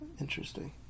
Interesting